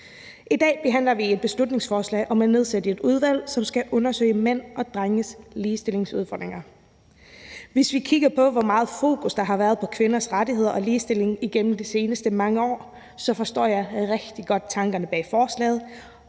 I dag behandler vi et beslutningsforslag om at nedsætte et udvalg, som skal undersøge mænd og drenges ligestillingsudfordringer. Hvis vi kigger på, hvor meget fokus der har været på kvinders rettigheder og ligestilling igennem de seneste mange år, forstår jeg rigtig godt tankerne bag forslaget,